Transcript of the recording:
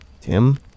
Tim